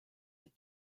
had